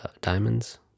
Diamonds